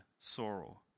sorrow